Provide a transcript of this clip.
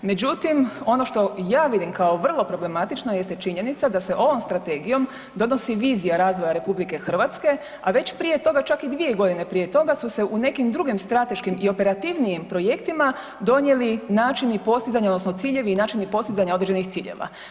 Međutim, ono što ja vidim kao vrlo problematično jeste činjenica se ovom Strategijom donosi vizija razvoja Republike Hrvatske, a već prije toga čak i dvije godine prije toga su se u nekim drugim strateškim i operativnijim projektima donijeli načini postizanja odnosno ciljevi i načini postizanja određenih ciljeva.